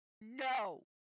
No